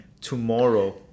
tomorrow